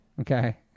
Okay